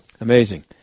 Amazing